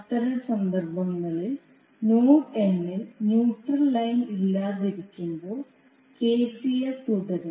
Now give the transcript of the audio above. അത്തരം സന്ദർഭങ്ങളിൽ node n ൽ ന്യൂട്രൽ ലൈൻ ഇല്ലാതിരിക്കുമ്പോൾ കെസിഎൽ തുടരും